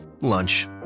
lunch